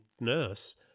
nurse